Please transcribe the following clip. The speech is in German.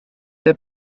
der